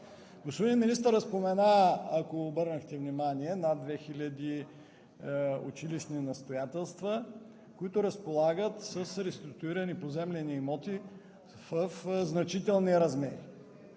Господин министърът спомена, ако обърнахте внимание – над две хиляди училищни настоятелства, които разполагат с реституирани поземлени имоти в значителни размери.